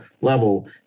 level